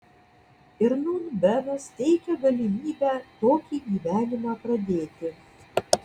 ir nūn benas teikia galimybę tokį gyvenimą pradėti